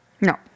No